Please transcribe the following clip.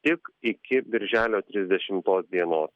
tik iki birželio trisdešimos dienos